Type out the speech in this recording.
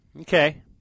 Okay